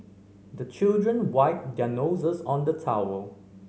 the children wipe their noses on the towel